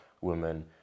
women